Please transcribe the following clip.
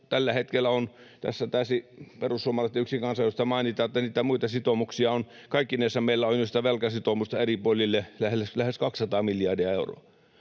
tällä hetkellä on. Tässä taisi perussuomalaisten yksi kansanedustaja mainita, että niitä muita sitoumuksia, velkasitoumusta, meillä on kaikkinensa eri puolille jo lähes 200 miljardia euroa.